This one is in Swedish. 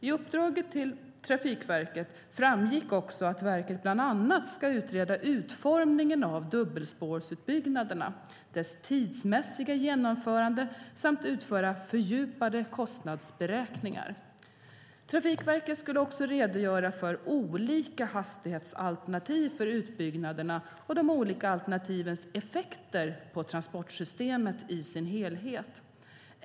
I uppdraget till Trafikverket framgick också att verket bland annat ska utreda utformningen av dubbelspårsutbyggnaderna, dess tidsmässiga genomförande samt utföra fördjupade kostnadsberäkningar. Trafikverket skulle också redogöra för olika hastighetsalternativ för utbyggnaderna och de olika alternativens effekter för transportsystemet i sin helhet.